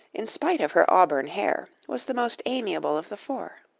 in spite of her auburn hair, was the most amiable of the four.